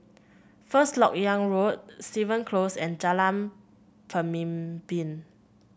First LoK Yang Road Stevens Close and Jalan Pemimpin